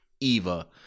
Eva